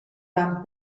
van